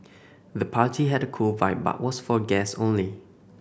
the party had a cool vibe but was for guests only